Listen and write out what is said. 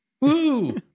Woo